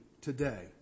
today